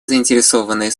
заинтересованные